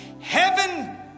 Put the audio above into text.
heaven